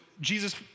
Jesus